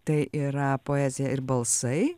tai yra poezija ir balsai